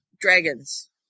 dragons